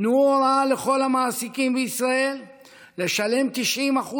תנו הוראה לכל המעסיקים בישראל לשלם 90%